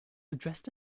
addressed